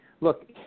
Look